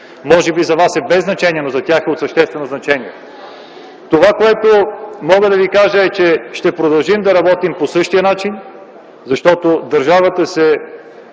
Може би за вас това е без значение, но за тях е от съществено значение. Искам да ви кажа, че ще продължим да работим по същия начин, защото държавата се